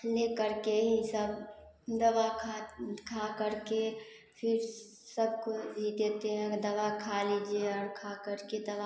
लेकर के ही सब दवा खा कर के फिर सब को ही देते हैं दवा खा लीजिए और खा कर के दवा